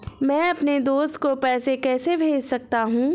मैं अपने दोस्त को पैसे कैसे भेज सकता हूँ?